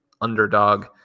underdog